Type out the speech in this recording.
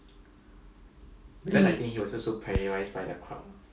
mm